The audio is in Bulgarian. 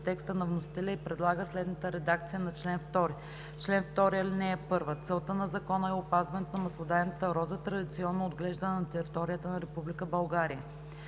текста на вносителя и предлага следната редакция на чл. 2: „Чл. 2. (1) Целта на закона е опазването на маслодайната роза, традиционно отглеждана на територията на Република България.